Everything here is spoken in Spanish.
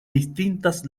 distintas